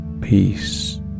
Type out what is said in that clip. peace